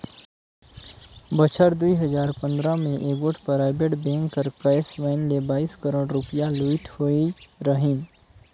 बछर दुई हजार पंदरा में एगोट पराइबेट बेंक कर कैस वैन ले बाइस करोड़ रूपिया लूइट होई रहिन